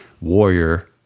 warrior